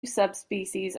subspecies